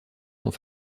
sont